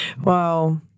wow